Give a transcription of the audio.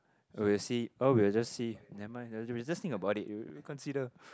we will see oh we will just see never mind we just think about it we we consider